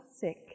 sick